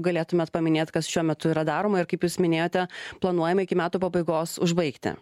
galėtumėt paminėt kas šiuo metu yra daroma ir kaip jūs minėjote planuojame iki metų pabaigos užbaigti